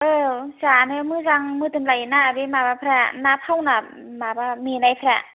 औ जानो मोजां मोदोम लायोना बे माबाफ्रा ना फावना माबा मेनायफ्रा